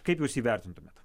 kaip jūs jį vertintumėt